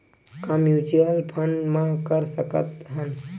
का mutual fund म कर सकत हन?